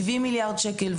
70 מיליארד שקל,